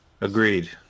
Agreed